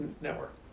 network